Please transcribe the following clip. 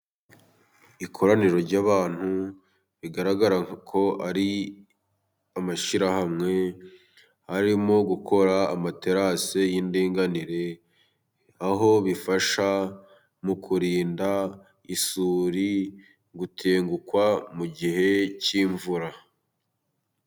Ikoraniro ry'abantu bigaragara ko ari amashyirahamwe arimo gukora amaterasi y'indinganire, aho bifasha mu kurinda isuri, gutengukwa mu gihe cy'imvura.